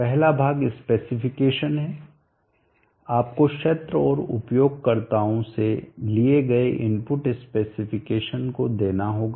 पहला भाग specification specification विनिर्देश है आपको क्षेत्र और उपयोगकर्ताओं से लिए गए इनपुट स्पेसिफिकेशन को देना होगा